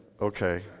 Okay